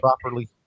properly